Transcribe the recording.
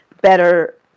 better